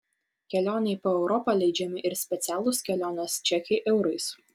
kelionei po europą leidžiami ir specialūs kelionės čekiai eurais